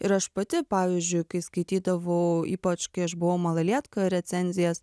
ir aš pati pavyzdžiui kai skaitydavau ypač kai aš buvau malalietka recenzijas